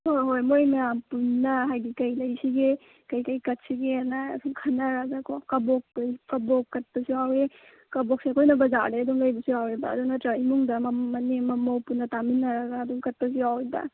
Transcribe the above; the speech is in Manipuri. ꯍꯣꯏ ꯍꯣꯏ ꯃꯣꯏ ꯃꯌꯥꯝ ꯄꯨꯟꯅ ꯍꯥꯏꯗꯤ ꯀꯩ ꯂꯩꯁꯤꯒꯦ ꯀꯩ ꯀꯩ ꯀꯠꯁꯤꯒꯦꯅ ꯁꯨꯝ ꯈꯟꯅꯔꯒꯀꯣ ꯀꯕꯣꯛ ꯀꯕꯣꯛ ꯀꯠꯄꯁꯨ ꯌꯥꯎꯋꯤ ꯀꯕꯣꯛꯁꯦ ꯑꯩꯈꯣꯏꯅ ꯕꯖꯥꯔꯗꯒꯤ ꯑꯗꯨꯝ ꯂꯩꯕꯁꯨ ꯌꯥꯎꯋꯦꯕ ꯑꯗꯨ ꯅꯠꯇꯔꯒ ꯏꯃꯨꯡꯗ ꯃꯅꯦꯝ ꯃꯃꯧ ꯄꯨꯟꯅ ꯇꯥꯃꯤꯟꯅꯔꯒ ꯑꯗꯨꯝ ꯀꯠꯄꯁꯨ ꯌꯥꯎꯋꯦꯕ